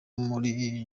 muri